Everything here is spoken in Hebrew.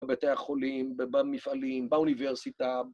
בבתי החולים, במפעלים, באוניברסיטה.